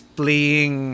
playing